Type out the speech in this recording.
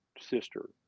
sister